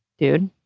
dude,